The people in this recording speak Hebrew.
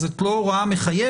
אז זאת לא הוראה מחייבת.